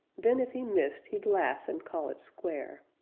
then, if he missed, he'd laugh and call it square.